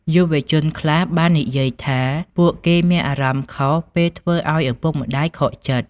យុវជនខ្លះបាននិយាយថាពួកគេមានអារម្មណ៍ខុស ពេលធ្វើឲ្យឪពុកម្ដាយខកចិត្ត។